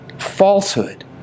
Falsehood